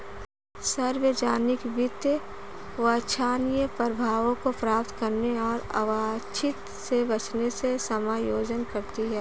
सार्वजनिक वित्त वांछनीय प्रभावों को प्राप्त करने और अवांछित से बचने से समायोजन करती है